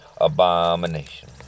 abomination